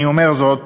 אני אומר זאת